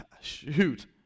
shoot